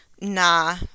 nah